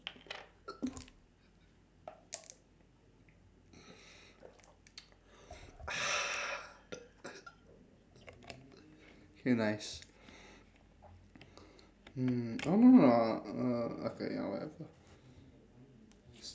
okay nice hmm no no no ah uh okay yeah whatever